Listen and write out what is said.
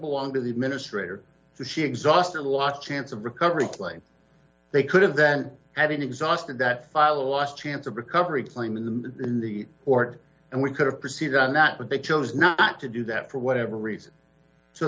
belong to the administrator she exhausted a lot chance of recovery claim they could have then having exhausted that file the last chance of recovery claim in the order and we could have proceeded on that but they chose not to do that for whatever reason so